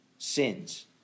sins